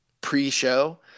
pre-show